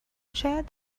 شاید